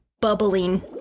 bubbling